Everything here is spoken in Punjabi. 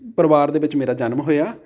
ਪਰਿਵਾਰ ਦੇ ਵਿੱਚ ਮੇਰਾ ਜਨਮ ਹੋਇਆ